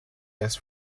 less